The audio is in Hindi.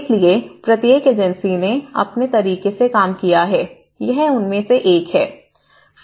इसलिए प्रत्येक एजेंसी ने अपने तरीके से काम किया है यह उनमें एक है